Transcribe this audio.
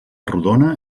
rodona